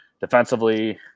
Defensively